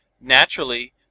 Naturally